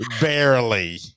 Barely